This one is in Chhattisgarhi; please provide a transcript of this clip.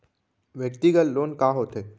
व्यक्तिगत लोन का होथे?